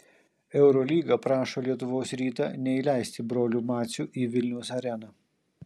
eurolyga prašo lietuvos rytą neįleisti brolių macių į vilniaus areną